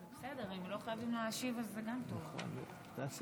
אדוני היושב-ראש, חבריי חברי הכנסת, הרב אברהם